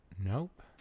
Nope